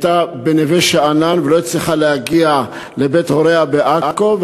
היא הייתה בנווה-שאנן ולא הצליחה להגיע לבית הוריה בעכו.